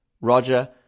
Roger